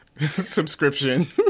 subscription